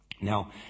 Now